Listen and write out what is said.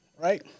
right